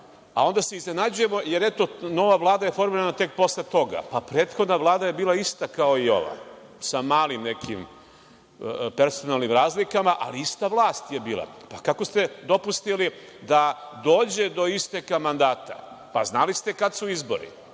a onda se iznenađujemo jer eto nova Vlada je formirana tek posle toga. Prethodna Vlada je bila ista kao i ova, sa malim nekim personalnim razlikama, ali ista vlast je bila. Kako ste dopustili da dođe do isteka mandata? Znali ste kada su izbori.